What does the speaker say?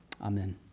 Amen